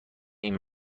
این